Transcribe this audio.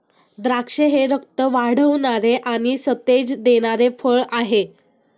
द्राक्षे हे रक्त वाढवणारे आणि सतेज देणारे फळ आहे